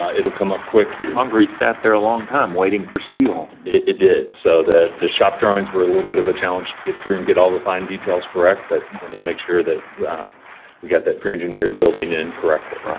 ah it'll come up quick here. the concrete sat there a long time, waiting for steel. it did, so, the shop drawings were a little bit of a challenge to get through and get all the fine details correct, but wanted to make sure that we got that pre-engineered building in correctly. right,